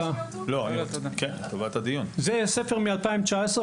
זה ספר משנת 2019,